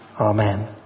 Amen